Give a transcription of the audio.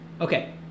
okay